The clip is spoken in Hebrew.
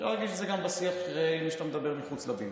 אפשר להרגיש את זה גם בשיח עם מי שאתה מדבר איתו מחוץ לבניין.